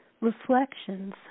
reflections